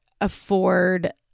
afford